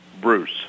Bruce